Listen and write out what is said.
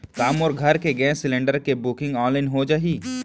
का मोर घर के गैस सिलेंडर के बुकिंग ऑनलाइन हो जाही?